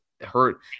hurt